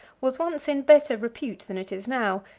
was once in better repute than it is now,